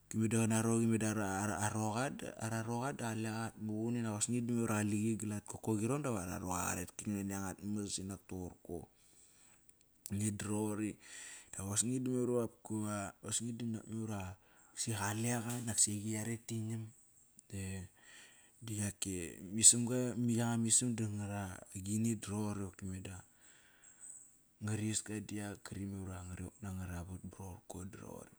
qopki me da qanaroqi, meda ara roqa, da qaleqa qatmuqun, inak osni da memar iva qaliqi gal at kokoqirong dava ara roqa qaret ka nam nani at mas inak toqor ko meda roqori. Da osni da memar iva qaleqa naksi eiqi iaret ki nam, di ak isamga me yanga ma isam da ra gini da roqori qopki me da nga riska da iak kri memar ingri wok na ngaravat ba roqorko da roqori.